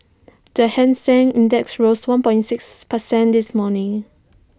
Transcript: the hang Seng index rose one point six per cent this morning